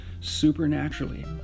supernaturally